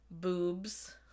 boobs